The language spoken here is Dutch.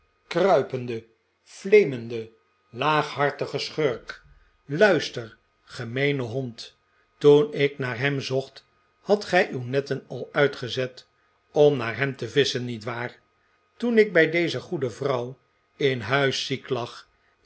kruipende fleemende laaghartige schurk luister gemeene hond toen ik naar hem zocht hadt gij uw netten al uitgezet om naar hem te visschen niet waar toen ik bij deze goede vrouw in huis ziek lag